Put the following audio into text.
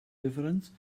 difference